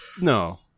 No